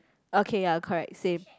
okay ya correct same